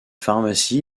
pharmacie